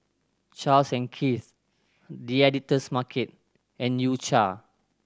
Charles and Keith The Editor's Market and U Cha